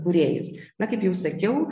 kūrėjus na kaip jau sakiau